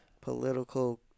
political